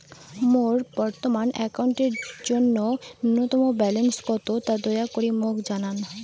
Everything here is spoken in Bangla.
মোর বর্তমান অ্যাকাউন্টের জন্য ন্যূনতম ব্যালেন্স কত তা দয়া করি মোক জানান